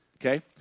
Okay